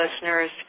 listeners